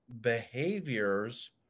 behaviors